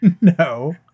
No